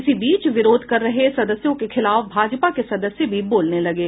इसी बीच विरोध कर रहे सदस्यों के खिलाफ भाजपा के सदस्य भी बोलने लगे